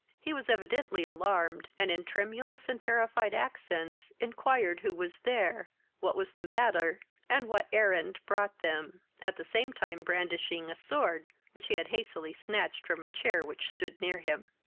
he was evidently alarmed, and in tremulous and terrified accents inquired who was there what was the matter and what errand brought them? at the same time brandishing a sword, which he had hastily snatched from a chair which stood near him.